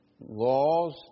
laws